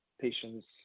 patients